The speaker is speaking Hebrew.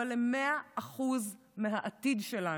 אבל הם 100% של העתיד שלנו.